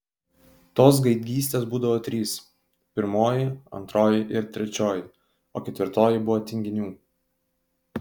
tos gaidgystės būdavo trys pirmoji antroji ir trečioji o ketvirtoji buvo tinginių